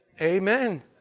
Amen